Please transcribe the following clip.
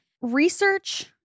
Research